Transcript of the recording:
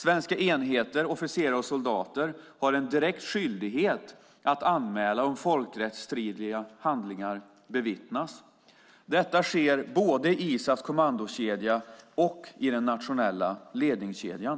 Svenska enheter, officerare och soldater har en direkt skyldighet att anmäla om folkrättsstridiga handlingar bevittnas. Detta sker både i ISAF:s kommandokedja och i den nationella ledningskedjan.